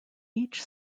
each